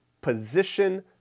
position